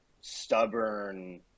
stubborn